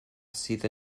sydd